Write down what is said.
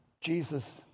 Jesus